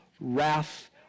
wrath